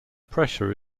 pressure